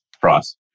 price